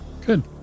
Good